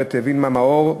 הגברת וילמה מאור,